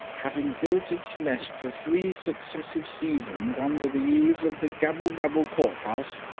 having built its nest for three successive seasons under the eaves of the gabblebabble court house,